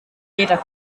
jeder